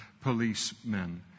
policemen